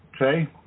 Okay